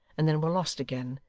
and then were lost again,